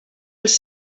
els